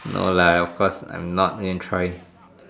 no lah of course I'm not going to try